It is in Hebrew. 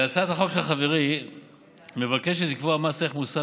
הצעת החוק של חברי מבקשת לקבוע מס ערך מוסף